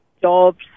jobs